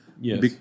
Yes